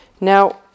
Now